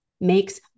makes